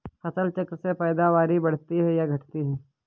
फसल चक्र से पैदावारी बढ़ती है या घटती है?